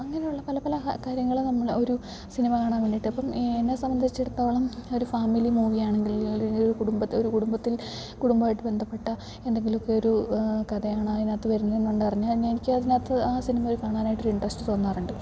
അങ്ങനെയുള്ള പല പല കാര്യങ്ങൾ നമ്മൾ ഒരു സിനിമ കാണാൻ വേണ്ടിയിട്ട് അപ്പം എന്നെ സംബന്ധിച്ചിടത്തോളം ഒരു ഫാമിലി മൂവിയാണെങ്കിൽ ഒരു കുടുംബത്തിൽ ഒരു കുടുംബത്തിൽ കുടുംബമായിട്ട് ബന്ധപ്പെട്ട എന്തെങ്കിലൊക്കെ ഒരു കഥയാണ് അതിനകത്തു വരുന്നതെന്നുണ്ടെ അറിഞ്ഞാന്നെ എനിക്ക് അതിനകത്ത് ആ സിനിമ പോയി കാണാനായിട്ടൊരിൻട്രസ്റ്റ് തോന്നാറുണ്ട്